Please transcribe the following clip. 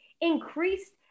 increased